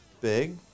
big